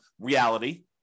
reality